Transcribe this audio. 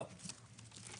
לא,